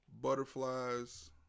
butterflies